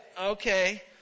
Okay